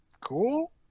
cool